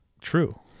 true